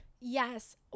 Yes